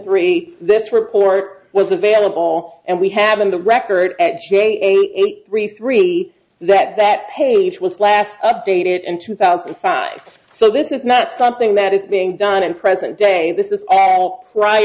three this report was available and we have in the record ajay eight three three that that page was last updated in two thousand and five so this is not something that is being done in present day this is a